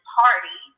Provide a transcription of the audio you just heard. party